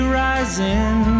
rising